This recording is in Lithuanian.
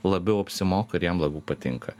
labiau apsimoka ir jam labiau patinka